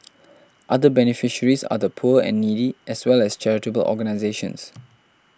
other beneficiaries are the poor and needy as well as charitable organisations